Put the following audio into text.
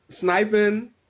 sniping